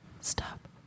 stop